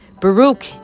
Baruch